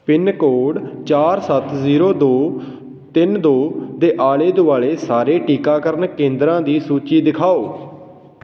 pin code ਚਾਰ ਸੱਤ zero ਦੋ ਤਿੰਨ ਦੋ ਦੇ ਆਲੇ ਦੁਆਲੇ ਸਾਰੇ ਟੀਕਾਕਰਨ ਕੇਂਦਰਾਂ ਦੀ ਸੂਚੀ ਦਿਖਾਓ